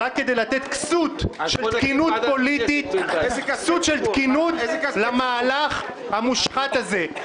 רק כדי לתת כסות של תקינות פוליטית למהלך המושחת הזה.